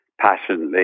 passionately